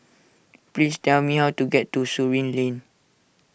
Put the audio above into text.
please tell me how to get to Surin Lane